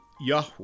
Yahweh